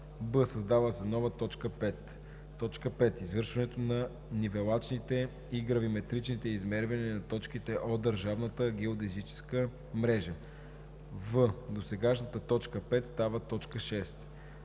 б) създава се нова т. 5: „5. извършването на нивелачните и гравиметричните измервания на точките от държавната геодезическа мрежа;“ в) досегашната т. 5 става т. 6.